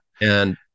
And-